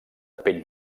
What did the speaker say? pell